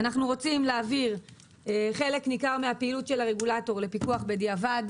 אנחנו רוצים להעביר חלק ניכר מהפעילות של הרגולטור לפיקוח בדיעבד.